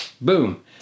Boom